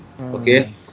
Okay